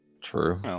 True